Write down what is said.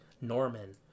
Norman